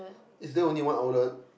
is there only one outlet